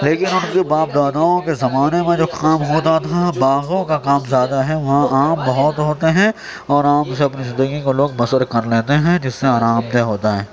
لیكن ان كے باپ داداؤں كے زمانے میں جو خام ہوتا تھا باغوں کا کام زیادہ ہے وہاں آم بہت ہوتے ہیں اور آم سے اپنی زندگی کو لوگ بسر كر لیتے ہیں جس سے آرام دہ ہوتا ہے